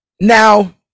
Now